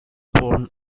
bourne